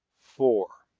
four.